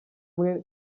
umwe